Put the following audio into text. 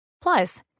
Plus